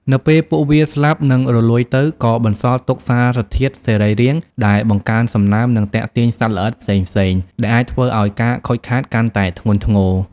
នៅពេលពួកវាស្លាប់ និងរលួយទៅ ក៏បន្សល់ទុកសារធាតុសរីរាង្គដែលបង្កើនសំណើម និងទាក់ទាញសត្វល្អិតផ្សេងៗ ដែលអាចធ្វើឱ្យការខូចខាតកាន់តែធ្ងន់ធ្ងរ។